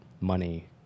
money